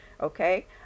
okay